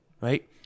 Right